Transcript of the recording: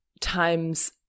times